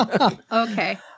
Okay